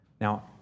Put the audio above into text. Now